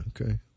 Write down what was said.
okay